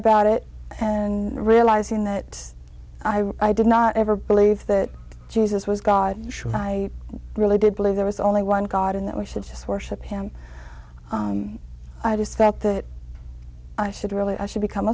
about it and realizing that i did not ever believe that jesus was god sure i really did believe there was only one god and that we should just worship him i just felt that i should really i should become